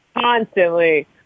constantly